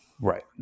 Right